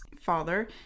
father